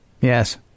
Yes